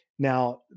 Now